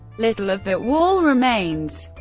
little of that wall remains.